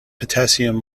potassium